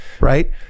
right